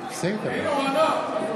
(קורא בשמות חברי הכנסת)